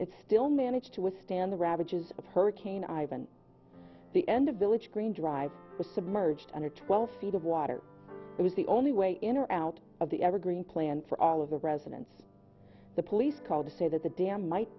it still managed to withstand the ravages of hurricane ivan the end of village green drive was submerged under twelve feet of water it was the only way in or out of the evergreen plan for all of the residents the police called to say that the dam might